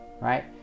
right